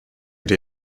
dir